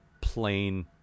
plain